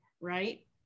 right